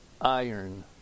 iron